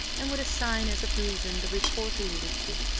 and would assign as a reason the report alluded to.